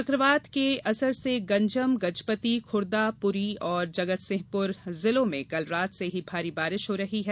चक्रवात के असर से गंजम गजपति खुर्दा पुरी और जगतसिंह पुर जिलों में कल रात से भारी बारिश हो रही है